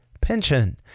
pension